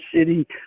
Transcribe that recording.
city